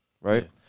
right